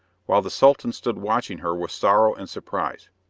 while the sultan stood watching her with sorrow and surprise.